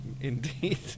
indeed